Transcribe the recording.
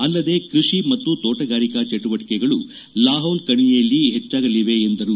ಅಲ್ಲದೆ ಕ್ವಷಿ ಮತ್ತು ತೋಟಗಾರಿಕಾ ಚಟುವಟಿಕೆಗಳು ಲಾಹೌಲ್ ಕಣಿವೆಯಲ್ಲಿ ಹೆಚ್ಚಲಿವೆ ಎಂದರು